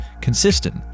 consistent